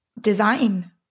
design